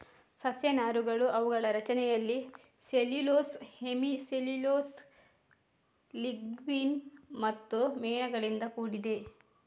ಸಸ್ಯ ನಾರುಗಳು ಅವುಗಳ ರಚನೆಯಲ್ಲಿ ಸೆಲ್ಯುಲೋಸ್, ಹೆಮಿ ಸೆಲ್ಯುಲೋಸ್, ಲಿಗ್ನಿನ್ ಮತ್ತು ಮೇಣಗಳಿಂದ ಕೂಡಿದೆ